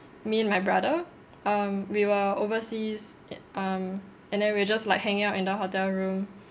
me and my brother um we were overseas in um and then we're just like hanging out in the hotel room